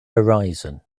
horizon